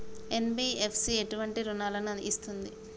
NBFC ఎటువంటి రుణాలను ఇస్తుంది?